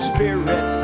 Spirit